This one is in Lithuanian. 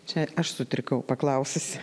čia aš sutrikau paklaususi